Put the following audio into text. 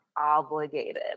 obligated